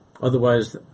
Otherwise